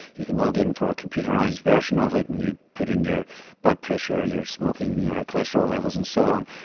you can log in for a computerised version of it and you put in your blood but pressure, your smoking, your cholesterol levels and so on.